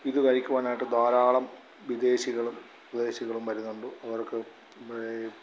ഇത് കഴിക്കുവാനായിട്ട് ധാരാളം വിദേശികളും സ്വദേശികളും വരുന്നുണ്ട് അവർക്ക്